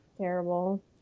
terrible